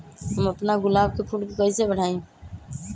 हम अपना गुलाब के फूल के कईसे बढ़ाई?